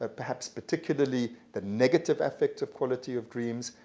ah perhaps particularly the negative affective quality of dreams,